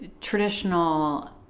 Traditional